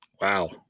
Wow